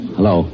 Hello